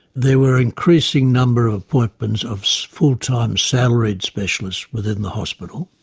there were increasing numbers of appointments of so full-time salaried specialists within the hospital,